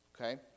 Okay